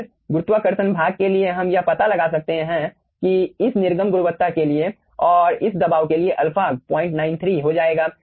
फिर गुरुत्वाकर्षण भाग के लिए हम यह पता लगा सकते हैं कि इस निर्गम गुणवत्ता के लिए और इस दबाव के लिए अल्फा 093 हो जाएगा